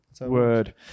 Word